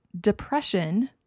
depression